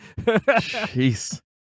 Jeez